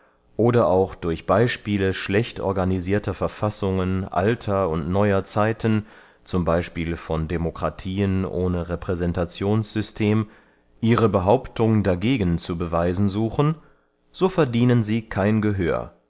oder auch durch beyspiele schlecht organisirter verfassungen alter und neuer zeiten z b von demokratien ohne repräsentationssystem ihre behauptung dagegen zu beweisen suchen so verdienen sie kein gehör